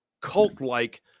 cult-like